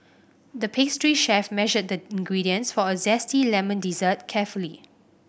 the pastry chef measured the ingredients for a zesty lemon dessert carefully